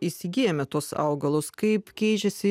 įsigyjame tuos augalus kaip keičiasi